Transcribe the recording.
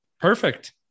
Perfect